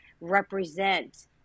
represent